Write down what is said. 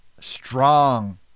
strong